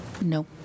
No